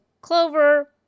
clover